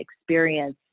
experience